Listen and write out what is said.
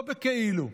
לא בכאילו.